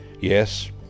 Yes